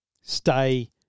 stay